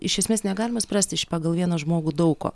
iš esmės negalima spręsti iš pagal vieną žmogų daug ko